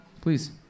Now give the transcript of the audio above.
please